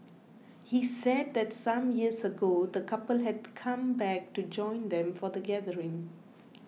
he said that some years ago the couple had come back to join them for the gathering